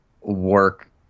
work